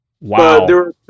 Wow